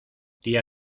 tía